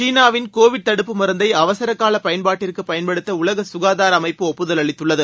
சீனாவின் கோவிட் தடுப்பு மருந்தை அவசர கால பயன்பாட்டிற்கு பயன்படுத்த உலக ககாதார அமைப்பு ஒப்புதல் அளித்துள்ளது